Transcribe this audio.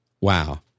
wow